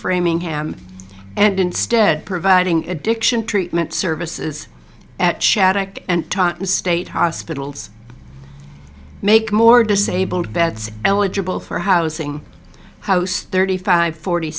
framingham and instead providing addiction treatment services at shattuck and state hospitals make more disabled vets eligible for housing house thirty five forty